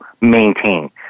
maintain